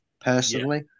personally